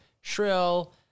Shrill